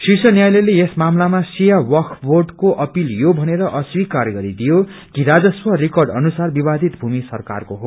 शिर्ष न्यायालयले यस मामालामा शिया वकु बोर्डको अपिल यो भनेर अस्वीकार गरिदियो कि राजस्व रिकर्ड अनुसार विवादित भूमि सरकारको हो